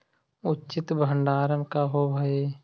उचित भंडारण का होव हइ?